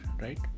right